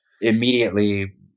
Immediately